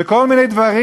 וכל מיני דברים,